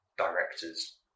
directors